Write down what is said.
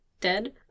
dead